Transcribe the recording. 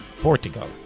Portugal